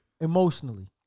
emotionally